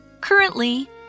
Currently